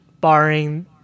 barring